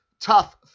tough